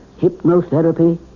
hypnotherapy